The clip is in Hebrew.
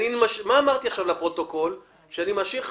אמרתי עכשיו לפרוטוקול שאני משאיר לך